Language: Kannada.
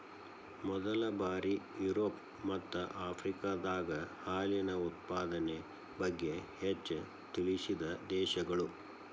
ಮೊದಲ ಬಾರಿ ಯುರೋಪ ಮತ್ತ ಆಫ್ರಿಕಾದಾಗ ಹಾಲಿನ ಉತ್ಪಾದನೆ ಬಗ್ಗೆ ಹೆಚ್ಚ ತಿಳಿಸಿದ ದೇಶಗಳು